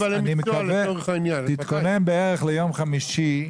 תתכונן בערך ליום חמישי.